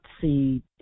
see